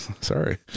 Sorry